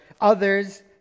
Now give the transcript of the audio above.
others